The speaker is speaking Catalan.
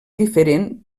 diferent